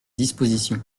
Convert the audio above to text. dispositions